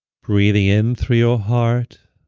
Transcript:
breathing in through your heart